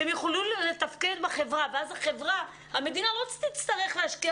שהם יוכלו לתפקד בחברה ואז המדינה לא תצטרך להשקיע